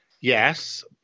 yes